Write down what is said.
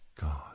God